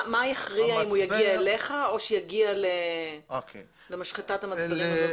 מה יכריע אם הוא יגיע אליך או יגיע למשחטת המצברים?